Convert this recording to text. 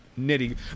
nitty